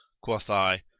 quoth i,